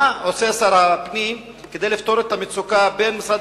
מה עושה שר הפנים כדי לפתור את המצוקה בין משרד